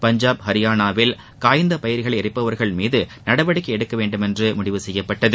பஞ்சாப் ஹரியானாவில் காய்ந்த பயிர்களை எரிப்பவர்கள் மீது நடவடிக்கை எடுக்க வேண்டுமென்று முடிவு செய்யப்பட்டது